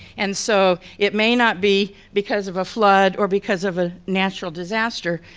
and so it may not be because of a flood or because of a natural disaster,